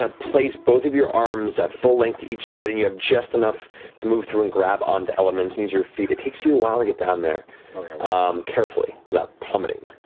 ah place both of your arms at full length each side, and you have just enough to move through and grab onto elements and use your feet. it takes you a while to get down there carefully without plummeting.